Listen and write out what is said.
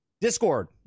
Discord